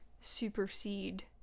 supersede